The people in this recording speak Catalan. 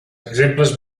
exemples